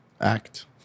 act